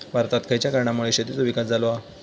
भारतात खयच्या कारणांमुळे शेतीचो विकास झालो हा?